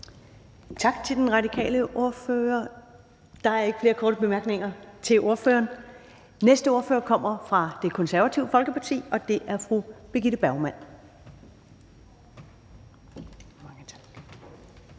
Tak til den radikale ordfører. Der er ikke flere korte bemærkninger til ordføreren. Den næste ordfører kommer fra Det Konservative Folkeparti, og det er fru Birgitte Bergman.